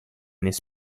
this